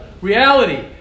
Reality